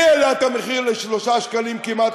מי העלה את המחיר ל-3 שקלים כמעט,